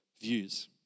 views